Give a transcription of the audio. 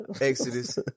Exodus